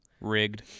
Rigged